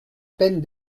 peine